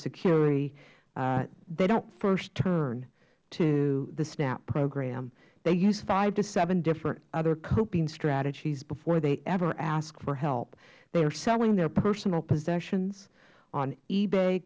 insecurity dont first turn to the snap program they use five to seven different other coping strategies before they ever ask for help they are selling their personal possessions on ebay